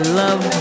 love